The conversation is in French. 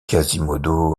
quasimodo